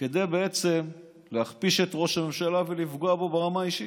כדי להכפיש את ראש הממשלה ולפגוע בו ברמה האישית.